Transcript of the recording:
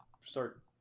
start